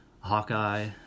Hawkeye